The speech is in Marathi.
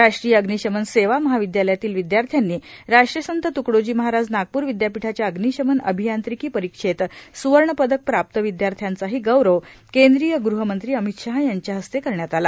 राष्ट्रीय अग्निशमन सेवा महाविदयालयातील विदयाश्र्यांनी राष्ट्रसंत त्कडोजी महाराज नागपूर विद्यापीठाच्या अग्निशमन अभियांत्रिकी परिक्षेत सुवर्ण पदक प्राप्त विद्याश्र्यांचाही गौरव केंद्रीय ग़हमंत्री अमित शाह यांच्या हस्ते करण्यात आला